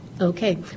okay